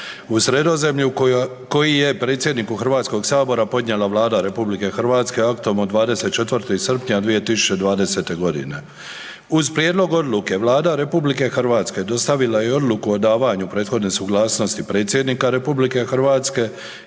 u Sredozemlju koji je predsjedniku Hrvatskog sabora podnijela Vlada RH aktom od 24. srpnja 2020. godine. Uz prijedlog odluke Vlada RH dostavila je i odluku o davanju prethodne suglasnosti predsjednika RH i vrhovnog